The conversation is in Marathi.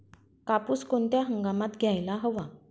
कापूस कोणत्या हंगामात घ्यायला हवा?